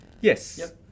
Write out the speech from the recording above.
Yes